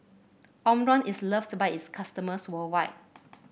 Omron is loved by its customers worldwide